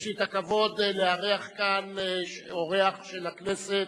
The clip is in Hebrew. יש לי הכבוד לארח כאן אורח של הכנסת,